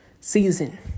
season